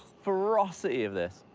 ferocity of this.